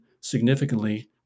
significantly